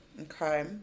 Okay